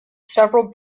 several